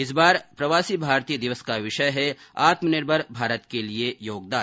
इस बार प्रवासी भारतीय दिवस का विषय है आत्मनिर्भर भारत के लिए योगदान